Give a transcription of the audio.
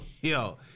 yo